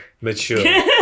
mature